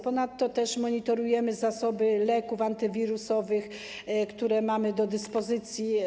Ponadto monitorujemy też zasoby leków antywirusowych, które mamy do dyspozycji.